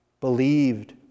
believed